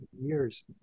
years